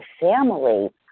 family